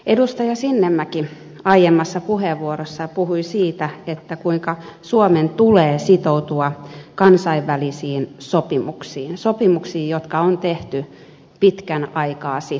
edustaja sinnemäki aiemmassa puheenvuorossaan puhui siitä kuinka suomen tulee sitoutua kansainvälisiin sopimuksiin sopimuksiin jotka on tehty pitkän aikaa sitten